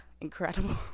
incredible